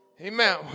Amen